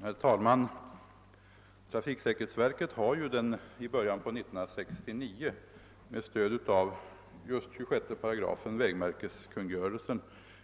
Herr talman! Trafiksäkerhetsverket har i början av år 1969 med stöd av just 26 § vägmärkeskungörelsen